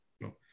no